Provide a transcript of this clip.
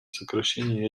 сокращения